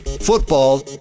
Football